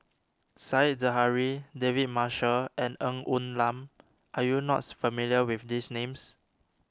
Said Zahari David Marshall and Ng Woon Lam are you not familiar with these names